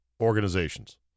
organizations